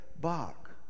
Bach